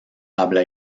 habla